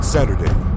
Saturday